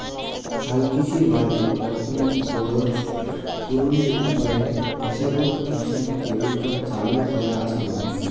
হালকৃষির বাদে আর্থিক গরোজ পূরণের উপায় হিসাবত কিষাণ ক্রেডিট কার্ড চালু হয়া আছিল